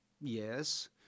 Yes